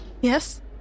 Yes